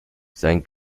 sein